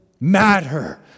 matter